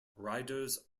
riders